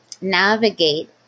Navigate